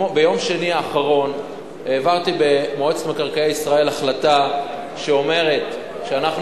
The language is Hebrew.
ביום שני האחרון העברתי במועצת מקרקעי ישראל החלטה שאומרת שאנחנו